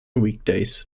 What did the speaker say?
weekdays